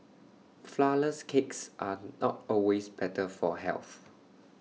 Flourless Cakes are not always better for health